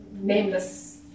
Nameless